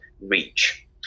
REACH